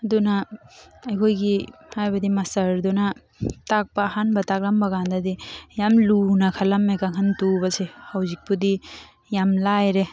ꯑꯗꯨꯅ ꯑꯩꯈꯣꯏꯒꯤ ꯍꯥꯏꯕꯗꯤ ꯃꯁꯇꯔꯗꯨꯅ ꯇꯥꯛꯄ ꯑꯍꯥꯟꯕ ꯇꯥꯛꯂꯝꯕ ꯀꯥꯟꯗꯗꯤ ꯌꯥꯝ ꯂꯨꯅ ꯈꯜꯂꯝꯃꯦ ꯀꯥꯡꯈꯟ ꯇꯨꯕꯁꯦ ꯍꯧꯖꯤꯛꯄꯨꯗꯤ ꯌꯥꯝ ꯂꯥꯏꯔꯦ